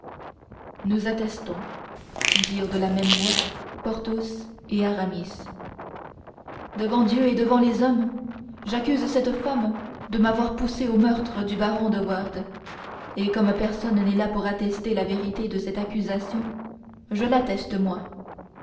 nous attestons dirent de la même voix porthos et aramis devant dieu et devant les hommes j'accuse cette femme de m'avoir poussé au meurtre du baron de wardes et comme personne n'est là pour attester la vérité de cette accusation je l'atteste